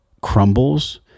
crumbles